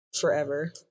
forever